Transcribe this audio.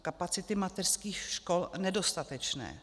Kapacity mateřských škol jsou nedostatečné.